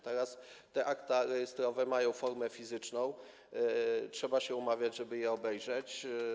Teraz te akta rejestrowe mają formę fizyczną, trzeba się umawiać, żeby je obejrzeć.